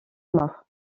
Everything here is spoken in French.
mort